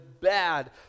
bad